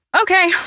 Okay